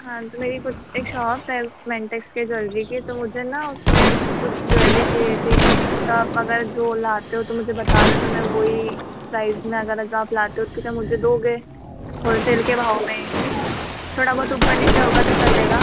हाँ तो मेरी ख़ुद एक शॉप है मेंटेक्स के ज्वेलरी की तो मुझे ना उसमें कुछ ज्वेलरी चाहिए थी तो आप अगर जो लाते हो तो मुझे बता दो तो मैं वही प्राइज़ में अगर जो आप लाते हो तो क्या मुझे दोगे होलसेल के भाव में थोड़ा बहुत ऊपर नीचे होगा तो चलेगा